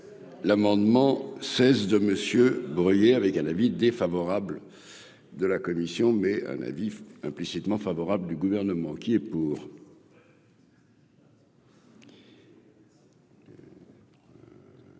l'amendement cessent de Monsieur avec un avis défavorable de la commission, mais un A Vif implicitement favorable du gouvernement qui est pour.